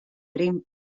dream